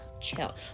Chill